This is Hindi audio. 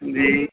जी